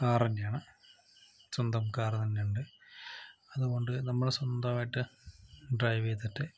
car തന്നെയാണ് സ്വന്തം car തന്നെയുണ്ട് അതുകൊണ്ട് നമ്മുടെ സ്വന്തമായിട്ട് ഡ്രൈവ് ചെയ്തിട്ട്